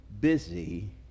busy